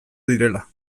direla